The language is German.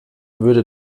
würde